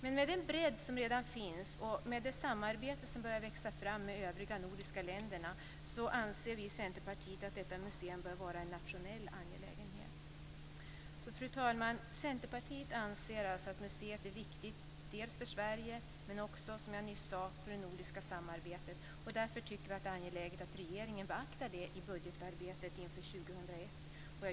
Men med den bredd som redan finns och med det samarbete som börjar växa fram med de övriga nordiska länderna anser vi i Centerpartiet att detta museum bör vara en nationell angelägenhet. Fru talman! Centerpartiet anser alltså att museet är viktigt dels för Sverige, dels, som jag nyss sade, för det nordiska samarbetet. Därför tycker vi att det är angeläget att regeringen beaktar det i budgetarbetet inför 2001.